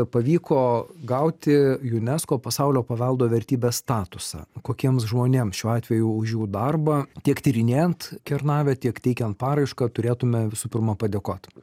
pavyko gauti unesco pasaulio paveldo vertybės statusą kokiems žmonėms šiuo atveju už jų darbą tiek tyrinėjant kernavę tiek teikiant paraišką turėtume visų pirma padėkot